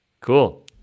cool